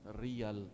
real